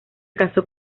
casó